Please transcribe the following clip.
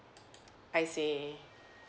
I see